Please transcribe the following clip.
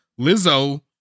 Lizzo